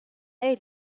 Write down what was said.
ein